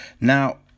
Now